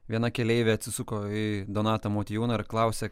viena keleivė atsisuko į donatą motiejūną ir klausia